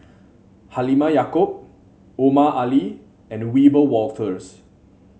Halimah Yacob Omar Ali and Wiebe Wolters